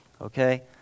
Okay